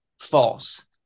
false